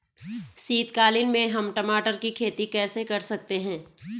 शीतकालीन में हम टमाटर की खेती कैसे कर सकते हैं?